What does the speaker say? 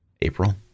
april